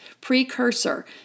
precursor